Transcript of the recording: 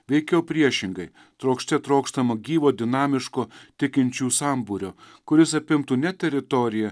veikiau priešingai trokšte trokštama gyvo dinamiško tikinčiųjų sambūrio kuris apimtų ne teritoriją